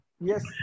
Yes